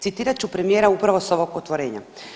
Citirat ću premijera upravo s ovog otvorenja.